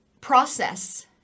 process